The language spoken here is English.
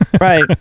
Right